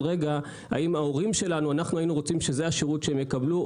האם היינו רוצים שזה השירות שההורים שלנו יקבלו,